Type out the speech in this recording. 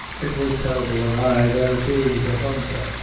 it was terrible an' ay, there it is the thundher!